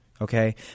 Okay